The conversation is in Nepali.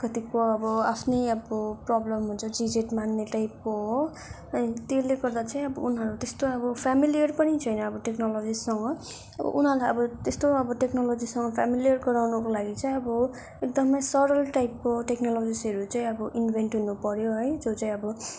कतिको अब आफ्नै अब प्रोब्लम हुन्छ झिन्झट मान्ने टाइपको हो त्यहाँदेखि त्यसले गर्दा चाहिँ अब उनीहरू त्यस्तो अब फ्यामिलियर पनि छैन अब टेक्नलोजीसँग उनीहरूलाई अब त्यस्तो अब टेक्नलोजीसँग फ्यामिलियर गराउनको लागि चाहिँ अब एकदमै सरल टाइपको टेक्नलोजिसहरू चाहिँ अब इन्भेन्ट हुनुपऱ्यो है जो चाहिँ अब